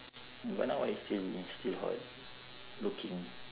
is still is still hot looking